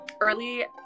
early